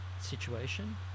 situation